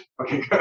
Okay